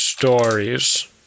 stories